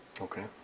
Okay